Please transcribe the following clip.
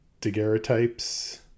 Daguerreotypes